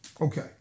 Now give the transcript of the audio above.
Okay